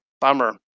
Bummer